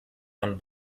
herrn